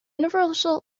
universal